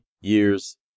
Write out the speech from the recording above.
years